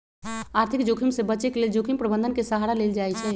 आर्थिक जोखिम से बचे के लेल जोखिम प्रबंधन के सहारा लेल जाइ छइ